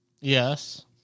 Yes